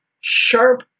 sharp